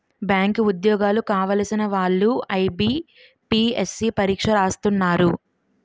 bank ఉద్యోగాలు కావలసిన వాళ్లు ఐబీపీఎస్సీ పరీక్ష రాస్తున్నారు